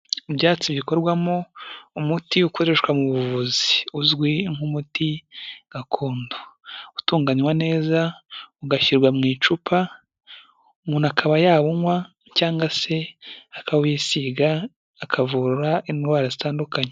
Ibyatsi bikorwamo umuti ukoreshwa mu buvuzi uzwi nk'umuti gakondo utunganywa neza ugashyirwa mu icupa, umuntu akaba yawunywa cyangwa se akawisiga akavura indwara zitandukanye.